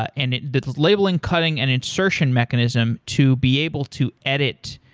and the labeling, cutting, and insertion mechanism to be able to edit